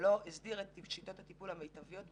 לא הסדיר את שיטות הטיפול המיטביות,